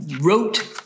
wrote